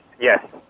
yes